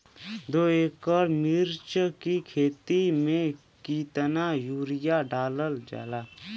दो एकड़ मिर्च की खेती में कितना यूरिया डालल जाला?